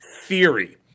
theory